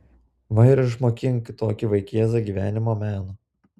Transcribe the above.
va ir išmokink tokį vaikėzą gyvenimo meno